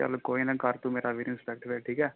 ਚਲੋ ਕੋਈ ਨਾ ਕਰ ਤੂੰ ਮੇਰਾ ਵੀਰ ਇੰਸਪੈਕਲੇਟ ਠੀਕ ਹੈ